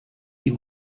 die